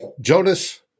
Jonas